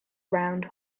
round